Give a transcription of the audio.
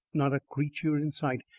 not a creature in sight,